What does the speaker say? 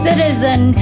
citizen